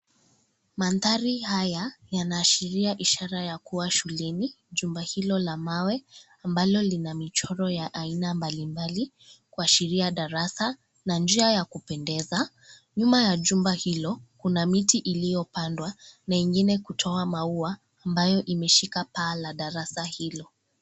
Mandhari haya yanaashiria ishara ya kuwa shuleni, jumba hilo la mawe ambalo lina michoro ya aina mbalimbali kuashiria darasa na njia ya kupendeza, nyuma ya jumba hilo kuna miti iliyopandwa na ingine kutoa maua ambayo imeshika paa la darasa hilo.